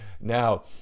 Now